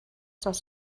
das